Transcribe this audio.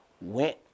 Went